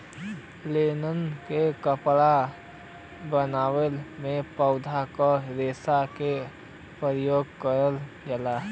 linen क कपड़ा बनवले में पौधा के रेशा क परयोग कइल जाला